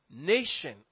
nation